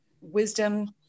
wisdom